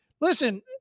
listen